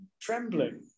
trembling